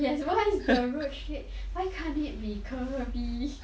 yes why is the road straight why can't it be curvy